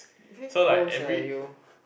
you very gross eh you